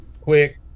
quick